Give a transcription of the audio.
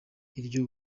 iryo